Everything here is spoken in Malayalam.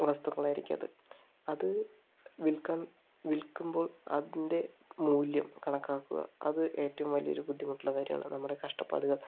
വസ്തുക്കൾ ആയിരിക്കും അത് അത് വിൽക്കാൻ വിൽക്കുമ്പോൾ അതിൻറെ മൂല്യം കണക്കാക്കുക അത് ഏറ്റവും വലിയ ഒരു ബുദ്ധിമുട്ടുള്ള കാര്യമാണ് നമ്മുടെ കഷ്ടപ്പാടുകൾ